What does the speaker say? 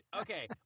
okay